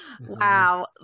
Wow